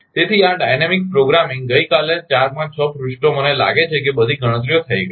તેથી આ dynamic programming ગઈકાલે 4 5 6 પૃષ્ઠો મને લાગે છે કે બધી ગણતરીઓ થઈ ગઈ છે